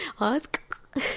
Ask